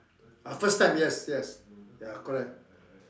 ah first time yes yes ya correct